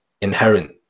inherent